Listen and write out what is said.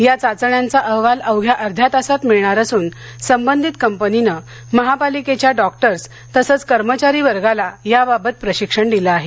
या चाचण्यांचा अहवाल अवघ्या अर्ध्या तासात मिळणार असून संबंधित कंपनीने महापालिकेच्या डॉक्टर तसेच कर्मचारी वर्गाला याबाबत प्रशिक्षण दिले आहे